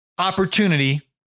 opportunity